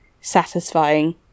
satisfying